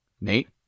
Nate